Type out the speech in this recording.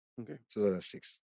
2006